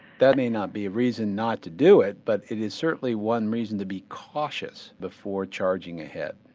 that may not be a reason not to do it but it is certainly one reason to be cautious before charging ahead.